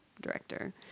director